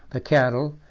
the cattle,